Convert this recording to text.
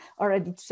already